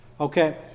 Okay